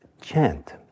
chant